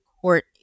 court